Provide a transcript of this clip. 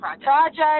project